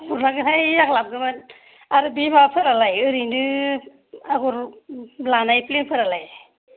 हरनांगोनहाय आं लाबोगौमोन आरो बे माबाफोरालाय ओरैनो आगर लानाय फ्लेनफोरा लाय